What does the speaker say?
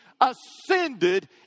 ascended